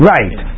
Right